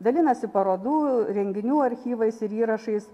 dalinasi parodų renginių archyvais ir įrašais